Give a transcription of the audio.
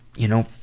you know,